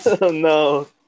No